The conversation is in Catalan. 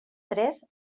tres